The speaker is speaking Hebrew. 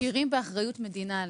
עשירים באחריות מדינה עליהם.